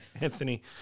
Anthony